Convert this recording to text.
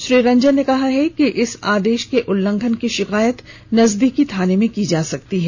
श्री रंजन ने कहा है कि इस आदेश के उल्लंघन की शिकायत नजदीकी थाने में कर सकते हैं